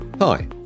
Hi